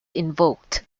invoked